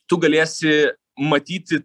tu galėsi matyti